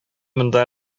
монда